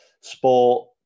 sport